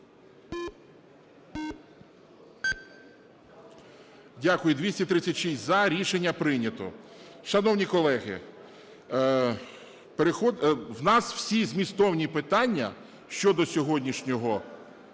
Дякую. 236 – за. Рішення прийнято. Шановні колеги, в нас всі змістовні питання щодо сьогоднішнього